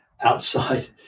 outside